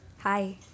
Hi